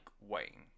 Wayne